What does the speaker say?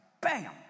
bam